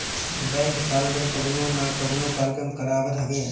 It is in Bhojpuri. बैंक साल भर कवनो ना कवनो कार्यक्रम करावत हवे